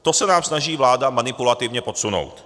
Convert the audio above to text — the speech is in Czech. To se nám snaží vláda manipulativně podsunout.